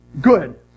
good